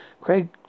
Craig